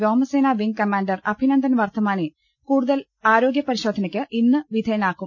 വ്യോമസേന wing commander Abhinandan വർദ്ധമാനെ കൂടു തൽ ആരോഗ്യപരിശോധനക്ക് ഇന്ന് വിധേയനാക്കും